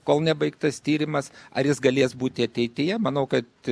kol nebaigtas tyrimas ar jis galės būti ateityje manau kad